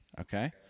okay